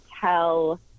tell